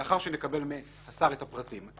לאחר שנקבל מהשר את הפרטים,